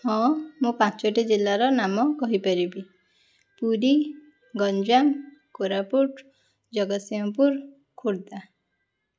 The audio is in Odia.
ହଁ ମୁଁ ପାଞ୍ଚଟି ଜିଲ୍ଲାର ନାମ କହିପାରିବି ପୁରୀ ଗଞ୍ଜାମ୍ କୋରାପୁଟ ଜଗତସିଂପୁର ଖୋର୍ଦ୍ଧା